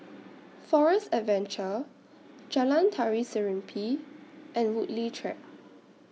Forest Adventure Jalan Tari Serimpi and Woodleigh Track